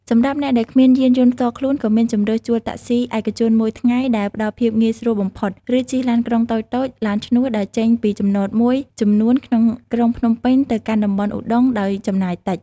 សម្រាប់អ្នកដែលគ្មានយានយន្តផ្ទាល់ខ្លួន ក៏មានជម្រើសជួលតាក់ស៊ីឯកជនមួយថ្ងៃដែលផ្តល់ភាពងាយស្រួលបំផុត ឬជិះឡានក្រុងតូចៗ ឡានឈ្នួល ដែលចេញពីចំណតមួយចំនួនក្នុងក្រុងភ្នំពេញទៅកាន់តំបន់ឧដុង្គដោយចំណាយតិច។